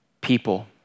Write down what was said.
people